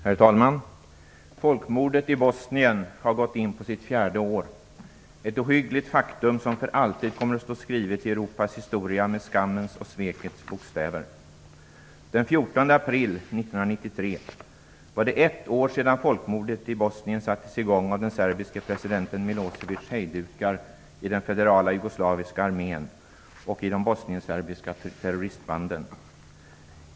Herr talman! Folkmordet i Bosnien har gått in på sitt fjärde år. Det är ett ohyggligt faktum som för alltid kommer att stå skrivet i Europas historia med skammens och svekets bokstäver. Den 14 april 1993 var det ett år sedan folkmordet i Milosevics hejdukar i den federala jugoslaviska armén och i de bosnienserbiska terroristbanden.